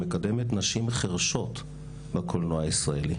שמקדמת נשים חרשות בקולנוע הישראלי.